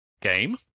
Game